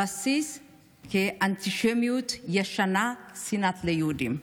הבסיס הוא אנטישמיות ישנה, שנאת יהודים.